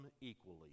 equally